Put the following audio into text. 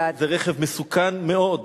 אופנועים זה רכב מסוכן מאוד.